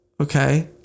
Okay